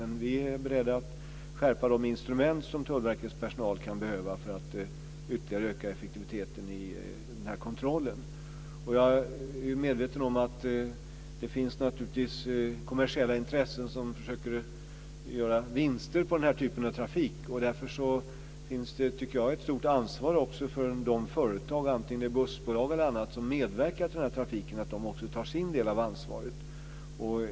Men vi är beredda att försöka skärpa de instrument som Tullverkets personal kan behöva för att ytterligare öka effektiviteten i kontrollen. Jag är medveten om att det finns kommersiella intressen som försöker att göra vinster på den här typen av trafik. Därför bör de företag - bussbolag och andra - som medverkar till den här trafiken ta sin del av ansvaret.